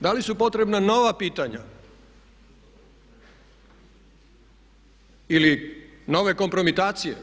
Da li su potrebna nova pitanja ili nove kompromitacije?